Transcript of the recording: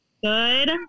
Good